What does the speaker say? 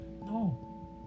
No